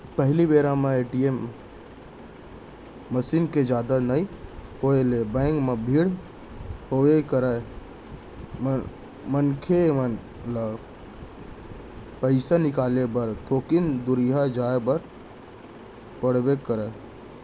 पहिली बेरा म ए.टी.एम मसीन के जादा नइ होय ले बेंक म भीड़ होबे करय, मनसे मन ल पइसा निकाले बर थोकिन दुरिहा जाय बर पड़बे करय